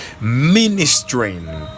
ministering